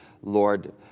Lord